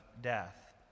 death